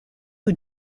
who